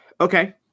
okay